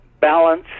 balance